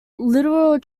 literal